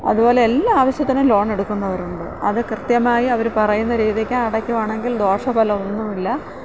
അതുപോലെ എല്ലാ ആവശ്യത്തിനും ലോൺ എടുക്കുന്നവരുണ്ട് അത് കൃത്യമായി അവര് പറയുന്ന രീതിക്ക് അടയ്ക്കുകയാണെങ്കിൽ ദോഷഫലം ഒന്നുമില്ല